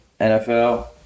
NFL